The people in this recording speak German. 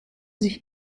sich